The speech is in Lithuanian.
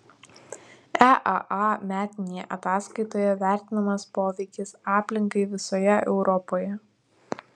eaa metinėje ataskaitoje vertinamas poveikis aplinkai visoje europoje